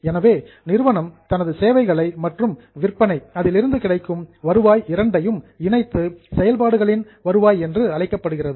எனவே நிறுவனம் தனது சேவைகள் மற்றும் விற்பனை அதிலிருந்து கிடைக்கும் வருவாய் இரண்டையும் இணைத்து செயல்பாடுகளின் ரெவன்யூ வருவாய் என்று அழைக்கப்படுகிறது